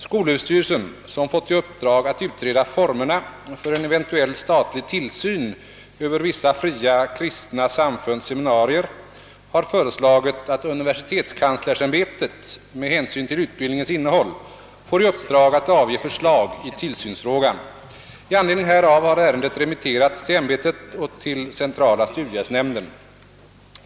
Skolöverstyrelsen, som fått i uppdrag att utreda formerna för en eventuell statlig tillsyn över vissa fria kristna samfunds seminarier, har föreslagit att universitetskanslersämbetet — med hänsyn till utbildningens innehåll — får i uppdrag att avge förslag i tillsynsfrågan. I anledning härav har ärendet remitterats till ämbetet och centrala studiehjälpsnämnden.